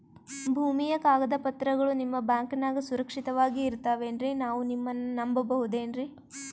ಭೂಮಿಯ ಕಾಗದ ಪತ್ರಗಳು ನಿಮ್ಮ ಬ್ಯಾಂಕನಾಗ ಸುರಕ್ಷಿತವಾಗಿ ಇರತಾವೇನ್ರಿ ನಾವು ನಿಮ್ಮನ್ನ ನಮ್ ಬಬಹುದೇನ್ರಿ?